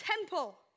temple